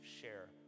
share